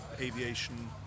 aviation